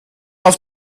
auf